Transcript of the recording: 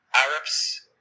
Arabs